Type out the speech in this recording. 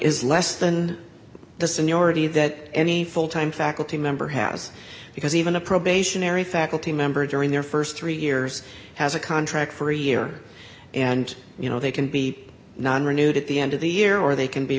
is less than the seniority that any full time faculty member has because even a probationary faculty member during their st three years has a contract for a year and you know they can be non renewed at the end of the year or they can be